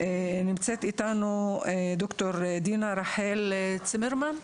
ד"ר דינה רחל צימרמן,